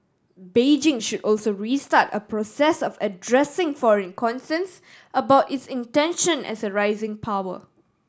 Beijing should also restart a process of addressing foreign concerns about its intention as a rising power